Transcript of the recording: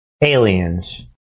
aliens